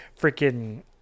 freaking